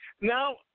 Now –